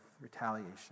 retaliation